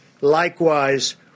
likewise